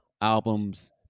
albums